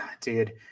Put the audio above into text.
Dude